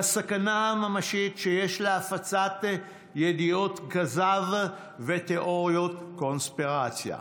לסכנה הממשית שיש להפצת ידיעות כזב ותיאוריות קונספירציה.